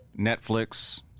Netflix